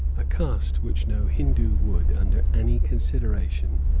a caste which no hindoo would, under any consideration,